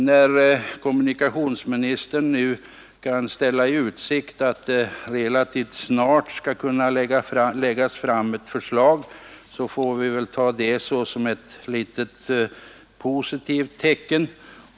När kommunikationsministern nu kan ställa i utsikt att det relativt snart skall kunna läggas fram ett förslag, får vi väl ta det som ett positivt tecken.